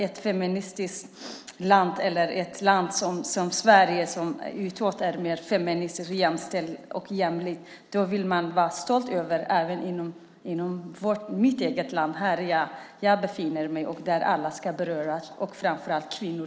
Ett feministiskt land eller ett land som Sverige som utåt är mer feministiskt, mer jämställt och jämlikt vill man vara stolt över även inom mitt eget land. Alla ska beröras, framför allt kvinnor.